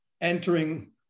entering